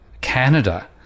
Canada